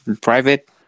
private